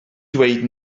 dweud